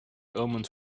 omens